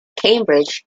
cambridge